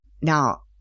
Now